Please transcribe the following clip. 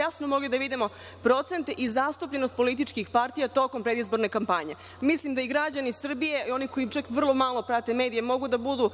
jasno mogli da vidimo procente i zastupljenost političkih partija tokom predizborne kampanje. Mislim da i građani Srbije i oni koji čak vrlo malo prate medije mogu da budu